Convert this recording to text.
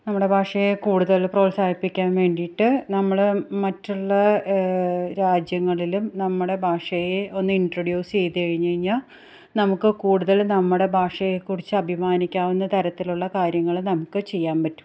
നമ്മുടെ ഭാഷയെ കൂടുതൽ പ്രോത്സാഹിപ്പിക്കാൻ വേണ്ടിയിട്ട് നമ്മൾ മറ്റുള്ള രാജ്യങ്ങളിലും നമ്മുടെ ഭാഷയെ ഒന്ന് ഇൻട്രൊഡ്യൂസ് ചെയ്ത് കഴിഞ്ഞുകഴിഞ്ഞാൽ നമുക്ക് കൂടുതൽ നമ്മുടെ ഭാഷയെ കുറിച്ച് അഭിമാനിക്കാവുന്ന തരത്തിലുള്ള കാര്യങ്ങൾ നമുക്ക് ചെയ്യാൻ പറ്റും